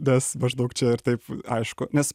nes maždaug čia ir taip aišku nes